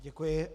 Děkuji.